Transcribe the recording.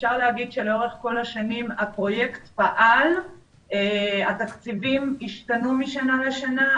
אפשר לומר שלאורך כל השנים הפרויקט פעל והתקציבים השתנו משנה לשנה.